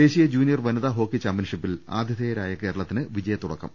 ദേശീയ ജൂനിയർ വനിതാ ഹോക്കി ചാമ്പ്യൻഷിപ്പിൽ ആതിഥേയ രായ കേരളത്തിന് വിജയത്തുടക്കം